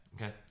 okay